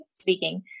speaking